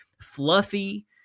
fluffy